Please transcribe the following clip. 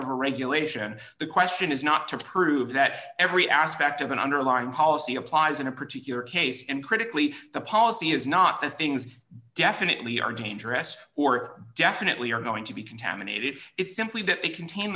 to regulate ition the question is not to prove that every aspect of an underlying policy applies in a particular case and critically the policy is not the things definitely are dangerous or definitely are going to be contaminated it's simply that they contain